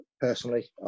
personally